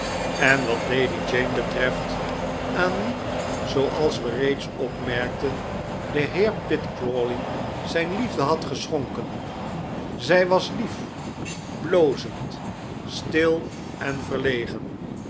en wat lady jane betreft aan wie zooals we reeds opmerkten de heer pitt crawley zijn liefde had geschonken zij was lief blozend stil en verlegen